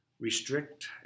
restrict